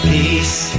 Peace